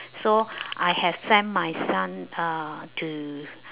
so I have send my son uh to